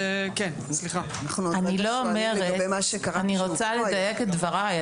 אני רוצה לדייק את דבריי.